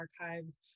archives